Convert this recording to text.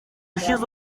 ushize